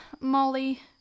Molly